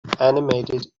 animated